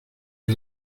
est